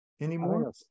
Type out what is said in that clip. anymore